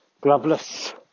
gloveless